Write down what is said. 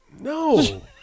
No